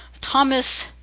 Thomas